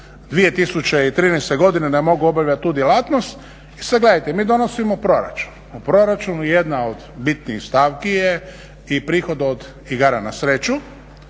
2013. da mogu obavljati tu djelatno. I sada gledajte, mi donosimo proračun. U proračunu jedna od bitnih stavki je i prihod od igara na sreću.